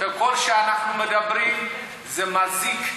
ככל שאנחנו מדברים, זה מזיק,